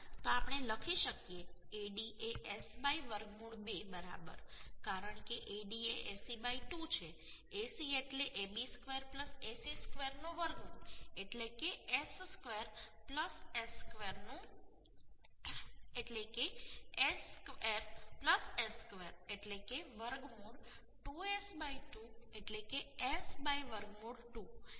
તો આપણે લખી શકીએ AD એ S વર્ગમૂળ 2 બરાબર કારણ કે AD એ AC 2 છે AC એટલે AB ² AC ² નું વર્ગમૂળ એટલે કે S ² S ²એટલે કે વર્ગમૂળ 2S 2 એટલે કે S વર્ગમૂળ 2